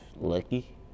Lucky